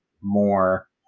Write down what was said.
more